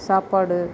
சாப்பாடு